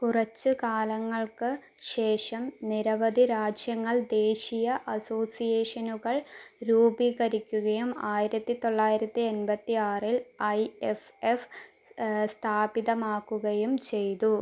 കുറച്ച് കാലങ്ങൾക്ക് ശേഷം നിരവധി രാജ്യങ്ങൾ ദേശീയ അസോസിയേഷനുകൾ രൂപീകരിക്കുകയും ആയിരത്തി തൊള്ളായിരത്തി എൺപത്തി ആറിൽ ഐ എഫ് എഫ് സ്ഥാപിതമാക്കുകയും ചെയ്തു